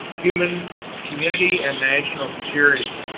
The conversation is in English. human community and national security.